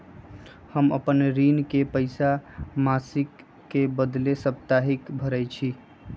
हम अपन ऋण के पइसा मासिक के बदले साप्ताहिके भरई छी